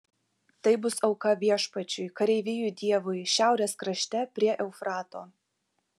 tai bus auka viešpačiui kareivijų dievui šiaurės krašte prie eufrato